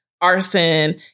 arson